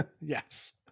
yes